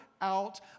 out